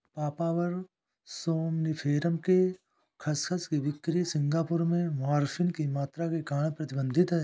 papaver somniferum के खसखस की बिक्री सिंगापुर में मॉर्फिन की मात्रा के कारण प्रतिबंधित है